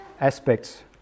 aspects